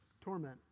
torment